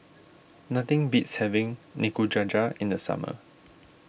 nothing beats having Nikujaga in the summer